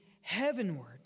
heavenward